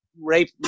rape